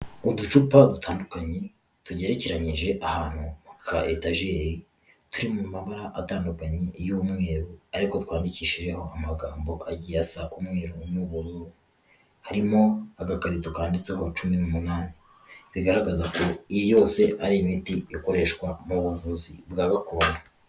Uducupa dutandukanye tugerekeranyije ahantu mu ka etajeri, turi mu mabara atandukanye y'umweru, ariko twandikishijeho amagambo agiye asa umweru n'ubururu, harimo agakarito kanditseho cumi n'umunani, bigaragaza ko iyi yose ari imiti ikoreshwa mu buvuzi bwa gakondo.